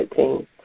19